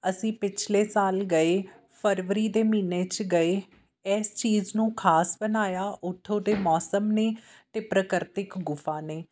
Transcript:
ਅਸੀਂ ਪਿਛਲੇ ਸਾਲ ਗਏ ਫਰਵਰੀ ਦੇ ਮਹੀਨੇ 'ਚ ਗਏ ਇਸ ਚੀਜ਼ ਨੂੰ ਖਾਸ ਬਣਾਇਆ ਉੱਥੋਂ ਦੇ ਮੌਸਮ ਨੇ ਅਤੇ ਪ੍ਰਾਕਿਰਤਿਕ ਗੁਫ਼ਾ ਨੇ